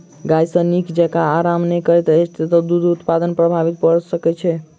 गाय जँ नीक जेँका आराम नै करैत छै त दूध उत्पादन प्रभावित भ सकैत छै